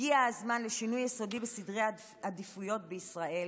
הגיע הזמן לשינוי יסודי בסדרי עדיפויות בישראל